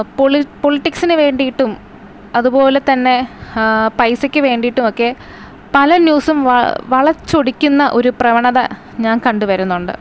പൊളിറ്റിക്സിന് വേണ്ടിയിട്ടും അതുപോലെ തന്നെ പൈസയ്ക്ക് വേണ്ടിയിട്ടും ഒക്കെ പല ന്യൂസും വളച്ചൊടിക്കുന്ന ഒരു പ്രവണത ഞാൻ കണ്ട് വരുന്നുണ്ട്